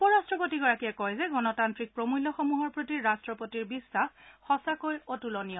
উপৰাট্টপতিয়ে কয় যে গণতান্ত্ৰিক প্ৰমূল্য সমূহৰ প্ৰতি ৰাষ্ট্ৰপতিৰ বিশ্বাস সঁচাকৈ অতুলনীয়